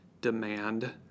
demand